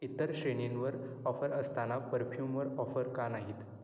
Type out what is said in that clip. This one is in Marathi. इतर श्रेणींवर ऑफर असताना परफ्यूमवर ऑफर का नाहीत